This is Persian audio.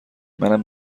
منم